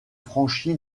franchi